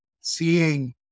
seeing